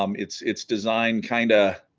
um it's it's design kind of